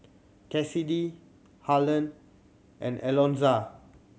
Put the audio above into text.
Cassidy Harland and Alonza